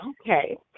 Okay